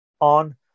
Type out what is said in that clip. on